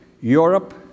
Europe